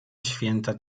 święta